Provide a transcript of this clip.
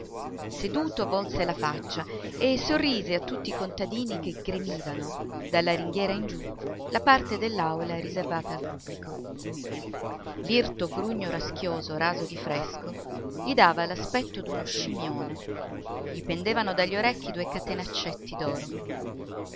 seduto volse la faccia e sorrise a tutti i contadini che gremivano dalla ringhiera in giù la parte dell'aula riservata al pubblico l'irto grugno raschioso raso di fresco gli dava l'aspetto d'uno scimmione gli pendevano dagli orecchi due catenaccetti d'oro